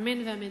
אמן ואמן.